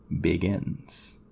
begins